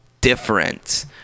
different